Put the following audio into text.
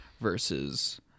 versus